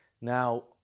Now